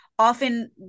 often